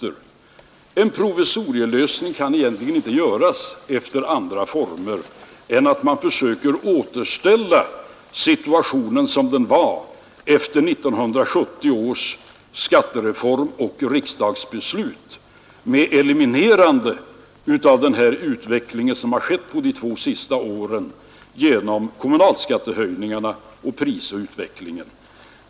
En sådan provisorisk lösning kan egentligen inte göras på annat sätt än så att man försöker återställa situationen som den var efter 1970 års skattereform och riksdagsbeslut med eliminerande av den utveckling som skett under de två senaste åren genom kommunalskattehöjningarna och prisutvecklingen.